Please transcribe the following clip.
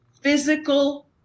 physical